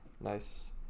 Nice